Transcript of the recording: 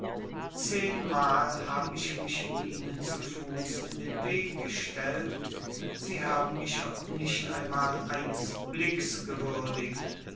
zehenmal hab ich mich ihnen zu fuß in den weg gestellt sie haben mich auch nicht einmal eines blicks gewürdigt